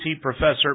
Professor